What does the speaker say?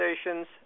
stations